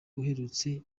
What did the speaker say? uherutse